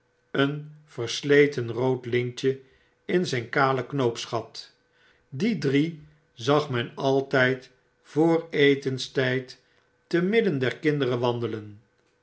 een bunner droegien versleten rood lintje in zyn kale knoopsgat die drie zag men altyd vr etenstijd te midden der kinderen wandelen